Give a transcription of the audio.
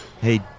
Hey